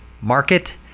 market